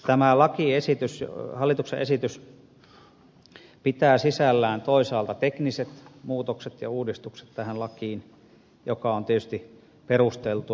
tämä hallituksen esitys pitää sisällään toisaalta tekniset muutokset ja uudistukset tähän lakiin mikä on tietysti perusteltua